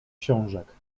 książek